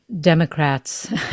Democrats